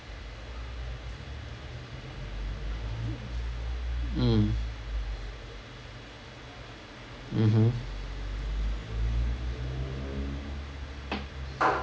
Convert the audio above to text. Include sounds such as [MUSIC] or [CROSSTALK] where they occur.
[NOISE] mm mmhmm [NOISE] [NOISE] [NOISE]